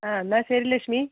ആ എന്നാൽ ശരി ലക്ഷ്മി